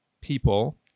people